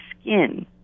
skin